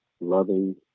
loving